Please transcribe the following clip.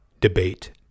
debate